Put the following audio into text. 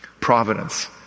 Providence